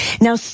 now